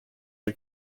are